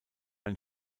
ein